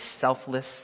selfless